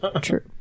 true